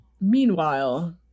meanwhile